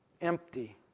empty